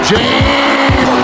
James